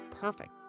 Perfect